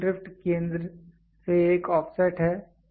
तो एक ड्रिफ्ट केंद्र से एक ऑफसेट है